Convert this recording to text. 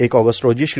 एक ऑगस्ट रोजी श्री